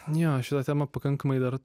jo šita tema pakankamai dar